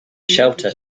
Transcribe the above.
shelter